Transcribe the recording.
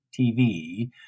TV